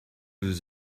this